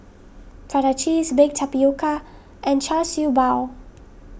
Prata Cheese Baked Tapioca and Char Siew Bao